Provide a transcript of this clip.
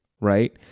right